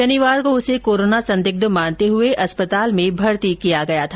शनिवार को उसे कोरोना संदिग्ध मानते हुए अस्पताल में भर्ती किया गया था